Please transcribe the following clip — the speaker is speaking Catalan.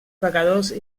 pecadors